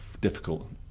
difficult